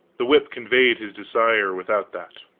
the whip conveyed his desire without that.